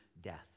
death